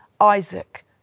Isaac